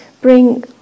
bring